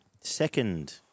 Second